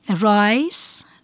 rice